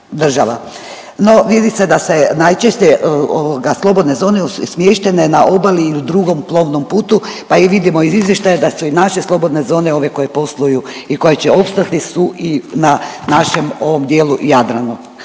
no vidi se da se najčešće slobodne zone smještene na obali ili u drugom plovnom putu pa i vidimo iz izvještaja da su i naše slobodne zone ove koje posluju i koje će opstati su i na našem ovom dijelu Jadrana